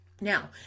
Now